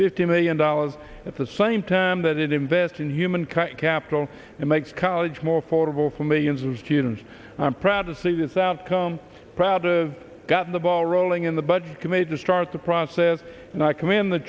fifty million dollars at the same time that it invests in human cut capital and makes college more affordable for millions of students i'm proud to see this outcome proud of got the ball rolling in the budget committee to start the process and i come in the